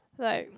right